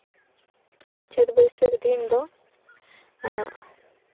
ᱪᱟᱹᱛ ᱵᱟᱹᱭᱥᱟᱹᱠ ᱫᱤᱱ ᱫᱚ